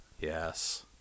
Yes